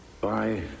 bye